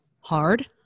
hard